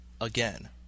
again